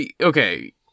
okay